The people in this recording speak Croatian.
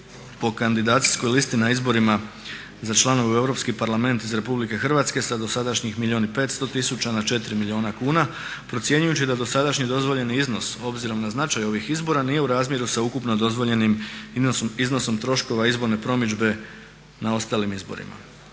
po kandidacijskoj listi na izborima za članove u Europski parlament iz RH sa dosadašnjih 1 milijun i 500 tisuća na 4 milijuna kuna procjenjujući da dosadašnji dozvoljeni iznos obzirom na značaj ovih izbora nije u razmjeru sa ukupno dozvoljenim iznosom troškova izborne promidžbe na ostalim izborima.